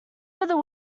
that